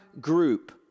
group